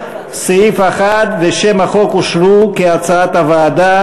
סעיף 1 ושם החוק אושרו כהצעת הוועדה.